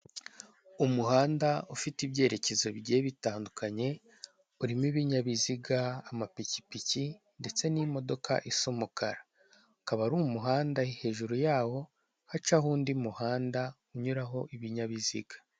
Umuhanda ufite ibyerekezo bigiye bitandukanye, urimo ibinyabiziga, amapikipiki, ndetse n'imodoka isa umukara. Ukaba ari umuhanda, hajuru yawo hacaho undi muhanda unyuraho ibinyabiziga.